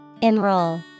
Enroll